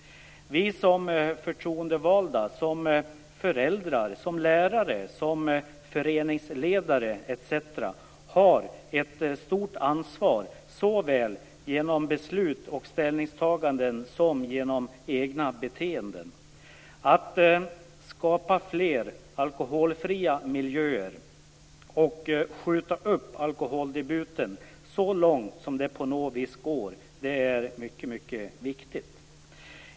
Vi har som förtroendevalda, som föräldrar, som lärare, som föreningsledare etc. ett stort ansvar att ta, såväl genom beslut och ställningstaganden som genom egna beteenden. Att skapa fler alkoholfria miljöer och skjuta upp alkoholdebuten så långt som det på något vis går är mycket viktigt.